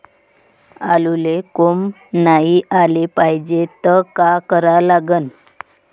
आलूले कोंब नाई याले पायजे त का करा लागन?